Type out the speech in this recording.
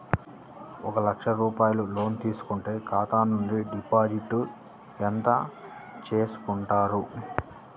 ఒక లక్ష రూపాయలు లోన్ తీసుకుంటే ఖాతా నుండి డిపాజిట్ ఎంత చేసుకుంటారు?